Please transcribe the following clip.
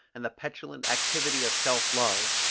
and the petulant activity of self-love,